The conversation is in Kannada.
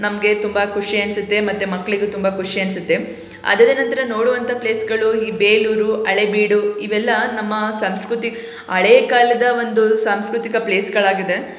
ನಮಗೆ ತುಂಬ ಖುಷಿ ಅನ್ಸುತ್ತೆ ಮತ್ತು ಮಕ್ಕಳಿಗೂ ತುಂಬ ಖುಷಿ ಅನ್ಸುತ್ತೆ ಅದಾದ ನಂತರ ನೋಡುವಂಥ ಪ್ಲೇಸ್ಗಳು ಈ ಬೇಲೂರು ಹಳೆಬೀಡು ಇವೆಲ್ಲ ನಮ್ಮ ಸಂಸ್ಕೃತಿ ಹಳೇಕಾಲದ ಒಂದು ಸಾಂಸ್ಕೃತಿಕ ಪ್ಲೇಸ್ಗಳಾಗಿದೆ